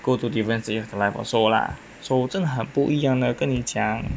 go to different stages of the life also lah so 真的很不一样的跟你讲